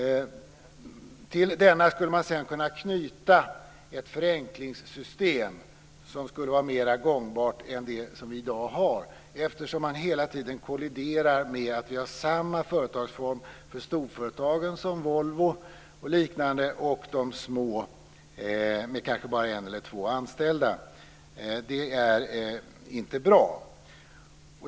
Till denna skulle man sedan kunna knyta ett förenklingssystem som skulle vara mer gångbart än det som vi i dag har, eftersom man hela tiden kolliderar med att vi har samma företagsform för storföretagen som Volvo och liknande och för de små företagen med kanske bara en eller två anställda. Det är inte bra.